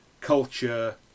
culture